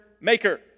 maker